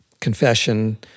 confession